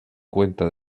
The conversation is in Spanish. cuenta